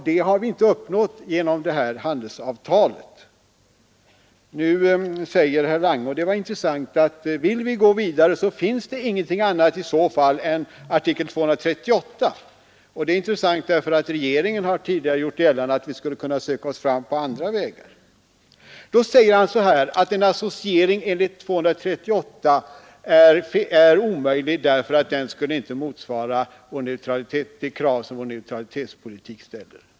Det har vi inte uppnått genom det här avtalet. Nu säger herr Lange — och det var intressant — att om vi vill gå vidare, så finns det ingenting annat än artikel 238. Det är intressant, därför att regeringen har under lång tid gjort gällande att vi skulle kunna söka oss fram på andra vägar. Vidare säger herr Lange att en associering enligt artikel 238 är omöjlig, därför att den inte skulle motsvara de krav som vår neutralitetspolitik ställer.